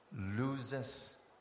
loses